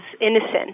innocent